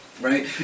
Right